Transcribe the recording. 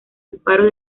disparos